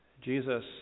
Jesus